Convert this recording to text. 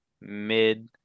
mid